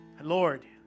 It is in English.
Lord